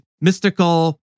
mystical